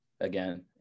again